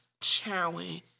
chowing